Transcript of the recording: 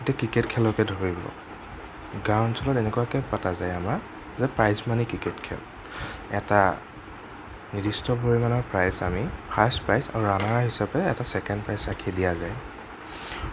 এতিয়া ক্ৰিকেট খেলকেই ধৰি লওঁক গাওঁ অঞ্চলত এনেকুৱাকে পতা যায় আমাৰ যে প্ৰাইজমণি ক্ৰিকেট খেল এটা নিৰ্দিষ্ট পৰিমাণৰ প্ৰাইজ আমি ফাৰ্ষ্ট প্ৰাইজ ৰাণাৰ হিচাপে এটা ছেকেণ্ড প্ৰাইজ ৰাখি দিয়া যায়